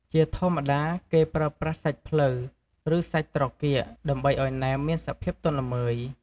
ជាធម្មតា គេប្រើប្រាស់សាច់ភ្លៅ ឬសាច់ត្រគាក ដើម្បីឱ្យណែមមានសភាពទន់ល្មើយ។